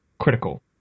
critical